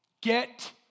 Get